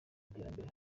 iterambere